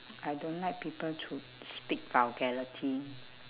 I don't like people to speak vulgarity